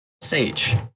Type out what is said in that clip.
Sage